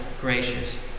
gracious